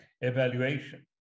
evaluation